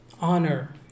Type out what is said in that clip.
honor